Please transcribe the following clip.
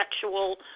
sexual